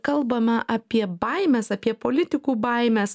kalbame apie baimes apie politikų baimes